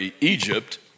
Egypt